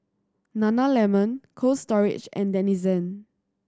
Nana Lemon Cold Storage and Denizen